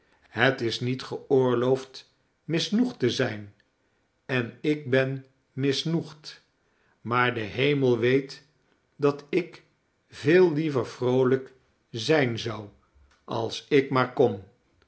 het is niet geoorloofd misnoegd te zijn en ik ben misnoegd maar de hemel vreet dat ik veel liever vroolijk zijn zou als ik maar kon